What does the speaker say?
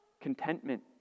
contentment